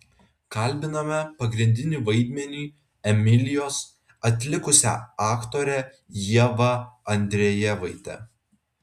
kalbiname pagrindinį vaidmenį emilijos atlikusią aktorę ievą andrejevaitę